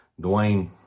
Dwayne